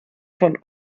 von